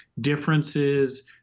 differences